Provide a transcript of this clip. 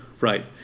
right